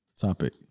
topic